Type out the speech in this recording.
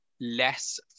less